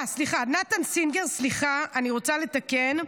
נתן סינגר נחקר במשטרה, סליחה אני רוצה לתקן,